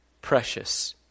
precious